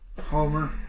Homer